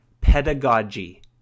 pedagogy